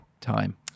time